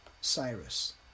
Cyrus